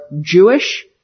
Jewish